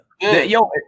Yo